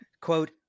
Quote